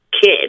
kid